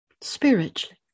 spiritually